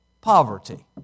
poverty